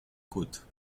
côtes